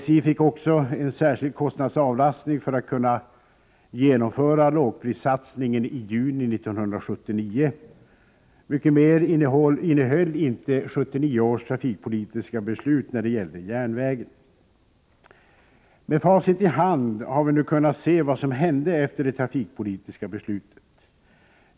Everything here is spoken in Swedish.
SJ fick också en särskild kostnadsavlastning för att kunna genomföra lågprissatsningen i juni 1979. Mycket mer innehöll inte 1979 års trafikpolitiska beslut när det gällde järnvägen. Med facit i hand har vi nu kunnat se vad som hände efter det trafikpolitiska beslutet.